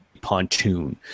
pontoon